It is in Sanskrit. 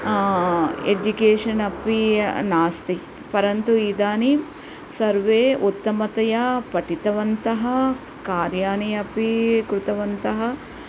एजुकेषन् अपि नास्ति परन्तु इदानीं सर्वे उत्तमतया पठितवन्तः कार्याणि अपि कृतवन्तः